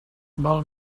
val